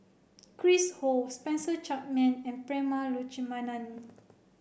Chris Ho Spencer Chapman and Prema Letchumanan